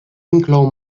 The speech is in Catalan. inclou